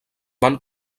van